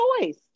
choice